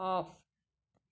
off